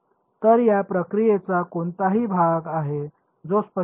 तर या प्रक्रियेचा कोणताही भाग आहे जो स्पष्ट नाही